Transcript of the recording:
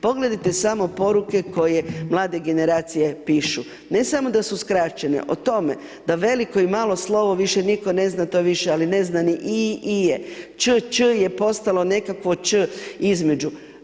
Pogledajte samo poruke koje mlade generacije pišu, ne samo da su skraćene, o tome da veliko i malo slovo više nitko ne zna to je više, ali ne zna ni i, ije, č,ć je postalo nekakvo č između.